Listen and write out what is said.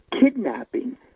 kidnapping